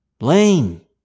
Lane